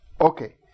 Okay